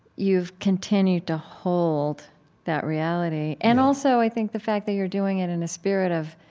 you've continued to hold that reality. and also i think the fact that you're doing it in a spirit of